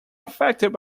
affected